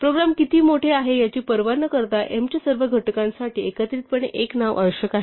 programme किती मोठा आहे याची पर्वा न करता m च्या सर्व घटकांसाठी एकत्रितपणे एक नाव आवश्यक आहे